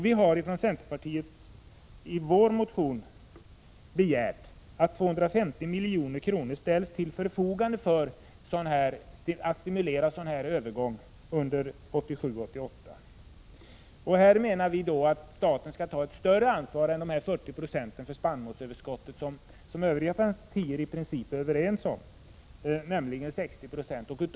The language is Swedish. Vi har i centerpartiets motion begärt att 250 milj.kr. ställs till förfogande för att stimulera en sådan här övergång under 1987 och 1988. Staten bör ta ett större ansvar för spannmålsöverskottet än 40 96, som övriga partier i princip är överens om, nämligen 60 96.